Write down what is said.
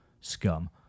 scum